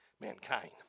Mankind